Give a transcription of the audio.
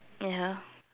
ya